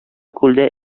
күлдә